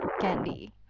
candy